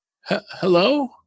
hello